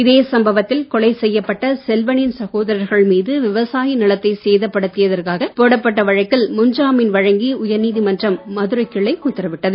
இதே சம்பவத்தில் கொலை செய்யப்பட்ட செல்வனின் சகோதரர்கள் மீது விவசாய நிலத்தை சேதப்படுத்தியதாக போடப்பட்ட வழக்கில் முன்ஜாமீன் வழங்கி உயர் நீதிமன்றம் மதுரைக் கிளை உத்தரவிட்டது